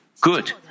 good